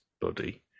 body